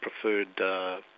preferred